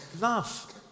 love